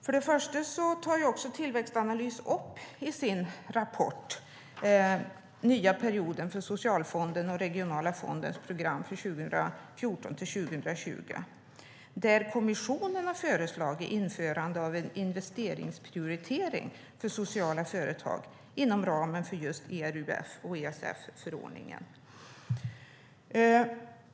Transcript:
För det första tar Tillväxtanalys i sin rapport upp den nya perioden för Socialfonden och den regionala fondens program för 2014-2020. Där har kommissionen föreslagit införande av en investeringsprioritering för sociala företag inom ramen för just ERUF och ESF-förordningen.